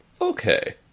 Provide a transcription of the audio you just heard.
Okay